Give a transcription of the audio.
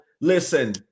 listen